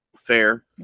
fair